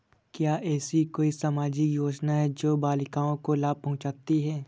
क्या ऐसी कोई सामाजिक योजनाएँ हैं जो बालिकाओं को लाभ पहुँचाती हैं?